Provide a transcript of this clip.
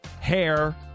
Hair